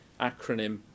acronym